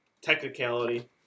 technicality